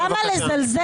אבל היושב-ראש, למה לזלזל?